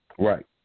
Right